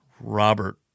Robert